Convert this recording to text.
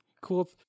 cool